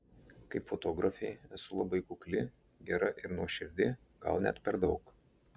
kaip fotografė esu labai kukli gera ir nuoširdi gal net per daug